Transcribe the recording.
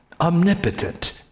omnipotent